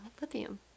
lithium